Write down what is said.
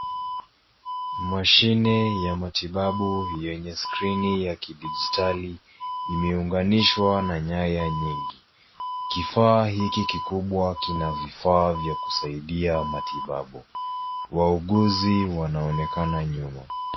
Mashine ya matibabu yenye skrini ya kidijitali imeunganishwa na nyaya nyingi. Kifaa hiki kikubwa kina vifaa vya kusaidia matibabu. Wauguzi wanaonekana nyuma.